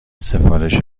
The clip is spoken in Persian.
سفارش